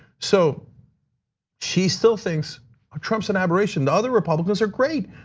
so she still thinks trump's an aberration. the other republicans are great.